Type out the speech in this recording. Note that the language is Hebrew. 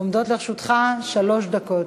עומדות לרשותך שלוש דקות.